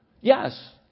Yes